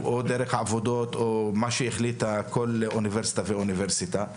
או דרך העבודות או מה שהחליטה כל אוניברסיטה ואוניברסיטה.